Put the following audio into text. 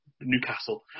Newcastle